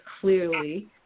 clearly